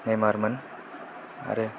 Neymar मोन आरो